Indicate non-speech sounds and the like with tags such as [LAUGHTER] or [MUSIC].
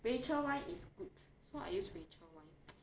rachel [one] is good so I use rachel [one] [NOISE]